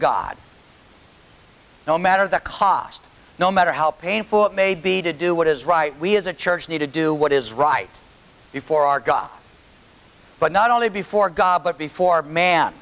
god no matter the cost no matter how painful it may be to do what is right we as a church need to do what is right for our got but not only before god but before man